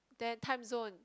then Time Zone